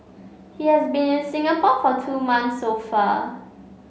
he has been in Singapore for two months so far